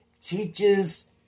teaches